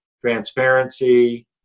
transparency